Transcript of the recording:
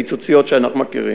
פיצוציות שאנחנו מכירים,